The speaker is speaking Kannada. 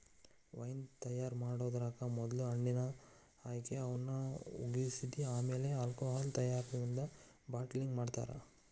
ವೈನ್ ತಯಾರ್ ಮಾಡೋದ್ರಾಗ ಮೊದ್ಲ ಹಣ್ಣಿನ ಆಯ್ಕೆ, ಅವನ್ನ ಹುದಿಗಿಸಿ ಆಮೇಲೆ ಆಲ್ಕೋಹಾಲ್ ತಯಾರಾಗಿಂದ ಬಾಟಲಿಂಗ್ ಮಾಡ್ತಾರ